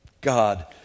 God